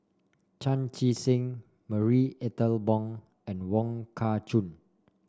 Chan Chee Seng Marie Ethel Bong and Wong Kah Chun